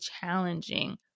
challenging